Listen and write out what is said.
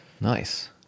Nice